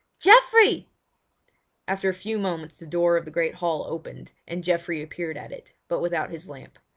geoffrey after a few moments the door of the great hall opened, and geoffrey appeared at it, but without his lamp.